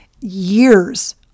years